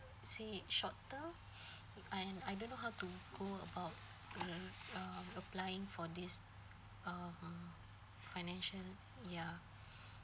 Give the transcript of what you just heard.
is it in short term I I don't know how to go about uh applying for this um financial ya